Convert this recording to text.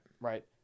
right